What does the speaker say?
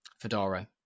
fedora